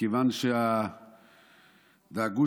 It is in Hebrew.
מכיוון שדאגו